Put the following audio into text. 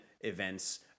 events